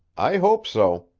i hope so,